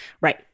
Right